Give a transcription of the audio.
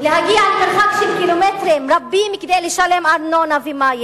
להגיע ממרחק של קילומטרים רבים כדי לשלם ארנונה ומים?